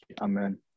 Amen